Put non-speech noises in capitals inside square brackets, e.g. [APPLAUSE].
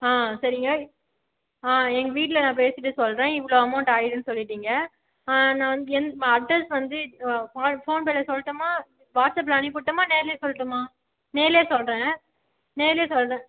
ஆ சரிங்க ஆ எங்கள் வீட்டில் நான் பேசிவிட்டு சொல்கிறேன் இவ்வளோ அமௌண்ட் ஆகிடும்னு சொல்லிட்டீங்க நான் வந்து என் அட்ரெஸ் வந்து [UNINTELLIGIBLE] ஃபோன் பேயில் சொல்லட்டுமா வாட்ஸ்ஆப்பில் அனுப்பிவிடட்டுமா நேரிலேயே சொல்லட்டுமா நேரிலேயே சொல்கிறேன் நேரிலேயே சொல்கிறேன்